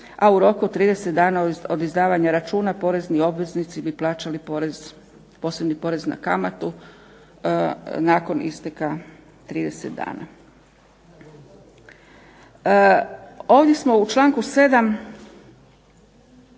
a u roku od 30 dana od izdavanja računa porezni obveznici bi plaćali porez, posebni porez na kamatu nakon isteka 30 dana. Ovdje smo u članku 7.